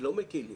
לא מקלים,